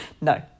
No